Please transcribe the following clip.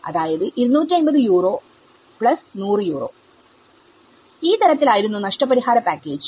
അതായത് 250യൂറോ100 യൂറോഈ തരത്തിൽ ആയിരുന്നു നഷ്ടപരിഹാര പാക്കേജ്